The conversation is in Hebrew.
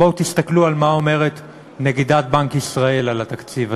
בואו תסתכלו על מה שאומרת נגידת בנק ישראל על התקציב הזה.